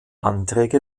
anträge